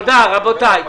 תודה רבותיי.